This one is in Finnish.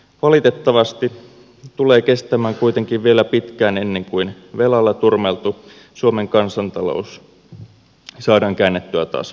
valitettavasti tulee kestämään kuitenkin vielä pitkään ennen kuin velalla turmeltu suomen kansantalous saadaan käännettyä taas paremmalle tolalle